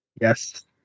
Yes